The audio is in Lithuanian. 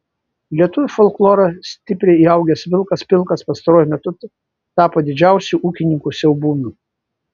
į lietuvių folklorą stipriai įaugęs vilkas pilkas pastaruoju metu tapo didžiausiu ūkininkų siaubūnu